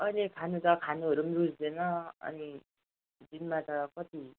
अहिले त खानु त खानुहरू पनि रुच्दैन अनि दिनमा त कति